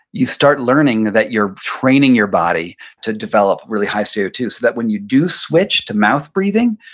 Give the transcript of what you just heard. you start learning that you're training your body to develop really high c o two, so that when you do switch-to-mouth breathing,